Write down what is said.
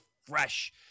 fresh